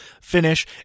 finish